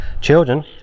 children